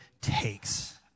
takes